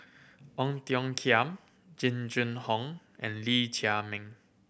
Ong Tiong Khiam Jing Jun Hong and Lee Chiaw Meng